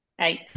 Eight